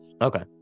Okay